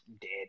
dead